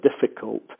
difficult